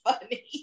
funny